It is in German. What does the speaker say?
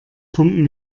pumpen